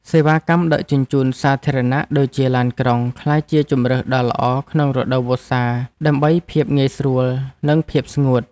សេវាកម្មដឹកជញ្ជូនសាធារណៈដូចជាឡានក្រុងក្លាយជាជម្រើសដ៏ល្អក្នុងរដូវវស្សាដើម្បីភាពងាយស្រួលនិងភាពស្ងួត។